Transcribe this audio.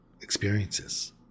experiences